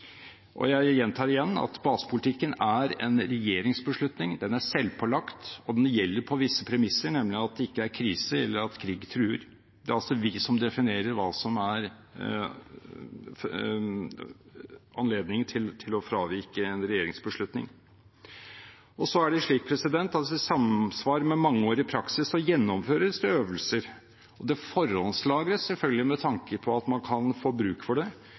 Jeg gjentar igjen at basepolitikken er en regjeringsbeslutning, den er selvpålagt, og den gjelder på visse premisser, nemlig at det ikke er krise eller at krig truer. Det er altså vi som definerer hva som er anledningen til å fravike en regjeringsbeslutning. I samsvar med mangeårig praksis gjennomføres det øvelser, og det forhåndslagres, selvfølgelig med tanke på at man kan få bruk for det,